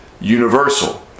universal